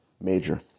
Major